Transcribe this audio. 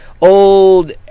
old